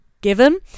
given